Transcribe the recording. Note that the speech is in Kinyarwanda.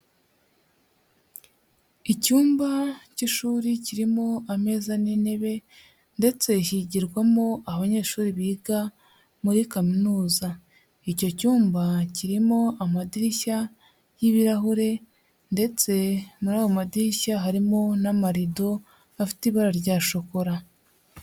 Icyumba cy'ishuri kirimo ameza n'intebe ndetse higirwamo abanyeshuri biga muri kaminuza, icyo cyumba kirimo amadirishya y'ibirahure ndetse muri ayo madirishya harimo n'amarido afite ibara rya shokora.